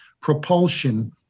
propulsion